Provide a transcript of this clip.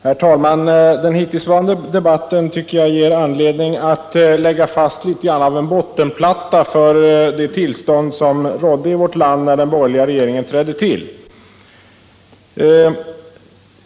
Herr talman! Den hittillsvarande debatten ger anledning att lägga fast något av en bottenplatta för det tillstånd som rådde i vårt land när den borgerliga regeringen trädde till.